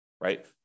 right